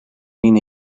yine